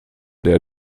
der